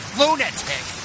lunatic